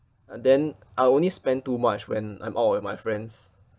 but then I'll only spend too much when I'm out with my friends